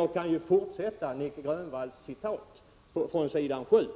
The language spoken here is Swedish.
Jag kan fortsätta Nic Grönvalls citat från s. 7